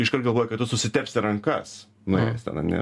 iškart galvoji kad tu susitepsi rankas nuėjęs ten ar ne